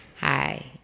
Hi